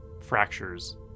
fractures